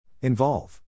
Involve